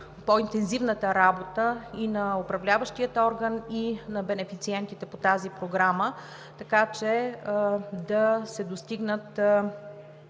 по-интензивна работа и на Управляващия орган, и на бенефициентите по тази програма, така че да се достигнат